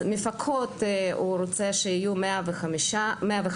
אז מפקחות הוא רוצה שיהיו 105 מפקחים,